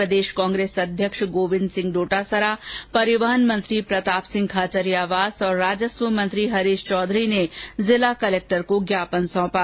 प्रदेश कांग्रेस अध्यक्ष गोविन्द सिंह डोटासरा परिवहन मंत्री प्रताप सिंह खाचरियावास और राजस्व मंत्री हरीश चौधरी ने जिला कलेक्टर को ज्ञापन सौंपा